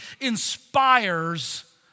inspires